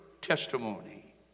testimony